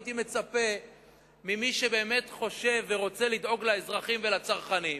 הייתי מצפה ממי שבאמת חושב ורוצה לדאוג לאזרחים ולצרכנים,